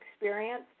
experience